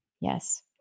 Yes